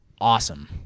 awesome